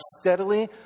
steadily